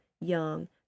young